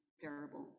parable